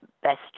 best